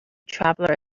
traveller